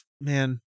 man